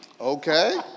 okay